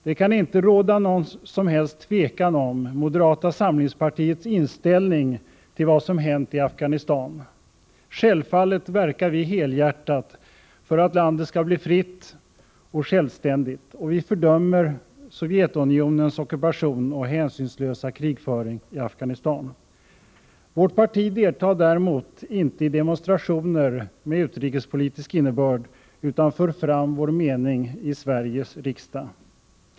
Det kan inte råda något som helst tvivel om moderata samlingspartiets inställning till vad som har hänt i Afghanistan. Självfallet verkar vi helhjärtat för att landet skall bli fritt och självständigt, och vi fördömer Sovjetunionens ockupation och hänsynslösa krigföring i Afghanistan. Vårt parti deltar däremot inte i demonstrationer med utrikespolitisk innebörd utan för fram vår mening i Sveriges riksdag.